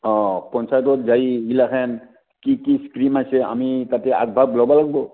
অঁ পঞ্চায়তত যাই এইগিলাখন কি কি স্কীম আছে আমি তাতে আগভাগ ল'ব লাগিব